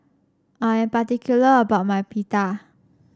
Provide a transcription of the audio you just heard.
I am particular about my Pita